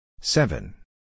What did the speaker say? seven